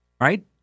right